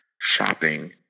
shopping